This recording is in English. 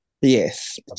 Yes